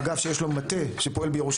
אנחנו אגף שיש לו מטה שפועל בירושלים